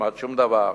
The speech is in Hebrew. כמעט לשום דבר.